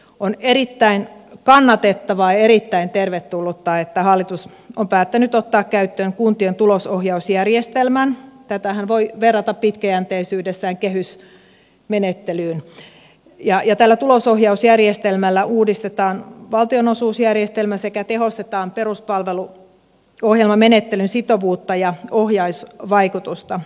on erittäin kannatettavaa ja erittäin tervetullutta että hallitus on päättänyt ottaa käyttöön kuntien tulosohjausjärjestelmän tätähän voi verrata pitkäjänteisyydessään kehysmenettelyyn ja tällä tulosoh jausjärjestelmällä uudistetaan valtionosuusjärjestelmä sekä tehostetaan peruspalveluohjelmamenettelyn sitovuutta ja ohjausvaikutusta